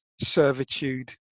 servitude